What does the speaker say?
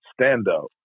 stand-up